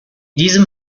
diesem